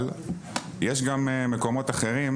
אבל יש גם מקומות אחרים,